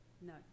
No